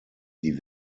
die